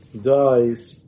dies